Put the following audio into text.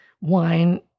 wine